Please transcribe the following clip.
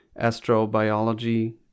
astrobiology